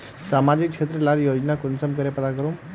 सामाजिक क्षेत्र लार योजना कुंसम करे पता करूम?